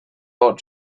ought